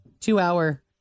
two-hour